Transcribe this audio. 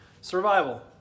survival